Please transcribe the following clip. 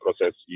process